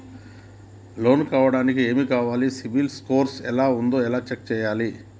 Loan కావడానికి ఏమి కావాలి సిబిల్ స్కోర్ ఎలా ఉంది ఎలా చెక్ చేయాలి?